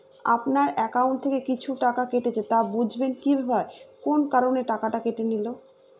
আপনার একাউন্ট থেকে কিছু টাকা কেটেছে তো বুঝবেন কিভাবে কোন কারণে টাকাটা কেটে নিল?